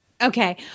Okay